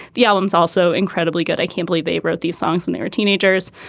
the album is also incredibly good. i can't believe they wrote these songs when they were teenagers.